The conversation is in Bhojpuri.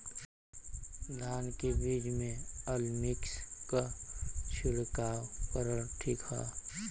धान के बिज में अलमिक्स क छिड़काव करल ठीक ह?